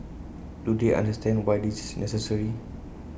do they understand why this is necessary